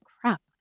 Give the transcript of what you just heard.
crap